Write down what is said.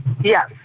Yes